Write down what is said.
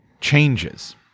changes